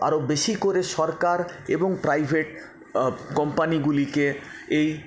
আরও বেশি করে সরকার এবং প্রাইভেট কোম্পানিগুলিকে এই